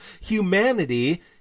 Humanity